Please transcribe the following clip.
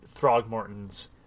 Throgmortons